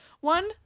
one